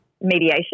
mediation